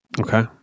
Okay